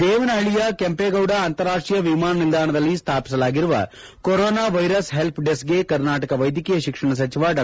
ದೇವನಹಳ್ಳಿಯ ಕೆಂಪೇಗೌಡ ಅಂತಾರಾಷ್ಷೀಯ ವಿಮಾನ ನಿಲ್ದಾಣದಲ್ಲಿ ಸ್ಮಾಪಿಸಲಾಗಿರುವ ಕರೋನಾ ವೈರಸ್ ಹೆಲ್ಪ ಡೆಸ್ಕ್ಗೆ ಕರ್ನಾಟಕ ವೈದ್ಯಕೀಯ ಶಿಕ್ಷಣ ಸಚಿವ ಡಾ